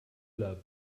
love